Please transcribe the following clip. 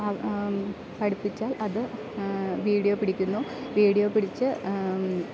പഠിപ്പിച്ചാൽ അത് വീഡിയോ പിടിക്കുന്നു വീഡിയോ പിടിച്ച്